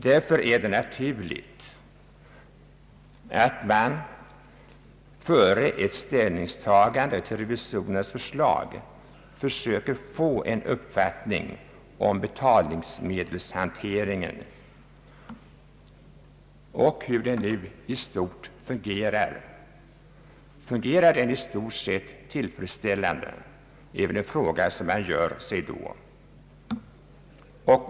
Det är därför naturligt att man, före ett ställningstagande till revisorernas förslag, söker få en uppfattning om betalningsmedelshanteringen och hur den nu fungerar. Fungerar den i stort sett tillfredsställande? Det är en fråga som man då ställer sig.